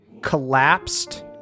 collapsed